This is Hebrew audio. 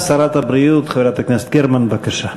שרת הבריאות, חברת הכנסת גרמן, בבקשה.